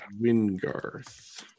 Wingarth